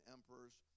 Emperor's